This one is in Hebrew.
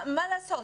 מה לעשות?